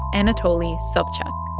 anatoly sobchak.